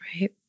right